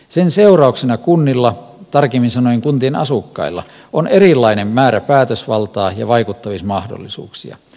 sen seurauksena kunnilla tarkemmin sanoen kuntien asukkailla on erilainen määrä päätösvaltaa ja vaikuttamismahdollisuuksia